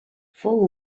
fou